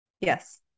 Yes